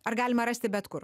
ar galima rasti bet kur